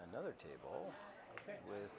another table with